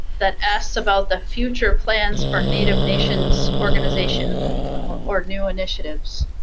that asked about the future plans for native nations organization or or new initiatives.